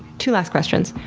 two last questions.